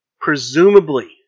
Presumably